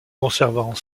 conservant